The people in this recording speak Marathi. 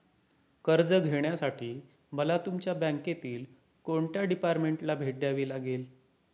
कर्ज घेण्यासाठी मला तुमच्या बँकेतील कोणत्या डिपार्टमेंटला भेट द्यावी लागेल?